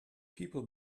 people